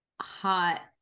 hot